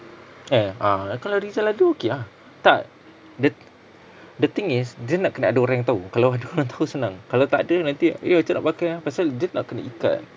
eh uh kalau rizal ada okay ah tak th~ the thing is dia nak kena ada orang yang tahu kalau ada orang tahu senang kalau takde nanti eh macam mana nak pakai ah pasal dia nak kena ikat